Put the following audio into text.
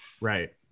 Right